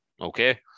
Okay